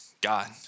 God